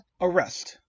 arrest